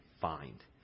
find